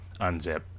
unzip